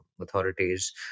authorities